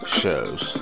shows